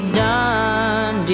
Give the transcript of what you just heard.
done